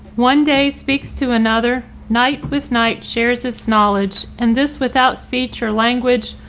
one day speaks to another night with night shares its knowledge and this without speech or language,